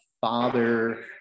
father